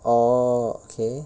oh okay